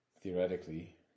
Theoretically